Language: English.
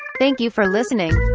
thank you for listening